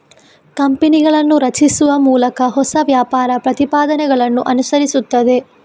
ಕಂಪನಿಗಳನ್ನು ರಚಿಸುವ ಮೂಲಕ ಹೊಸ ವ್ಯಾಪಾರ ಪ್ರತಿಪಾದನೆಗಳನ್ನು ಅನುಸರಿಸುತ್ತದೆ